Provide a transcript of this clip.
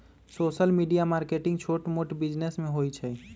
social media marketing छोट मोट business में होई छई